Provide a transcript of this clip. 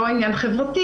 זה לא עניין חברתי